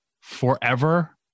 forever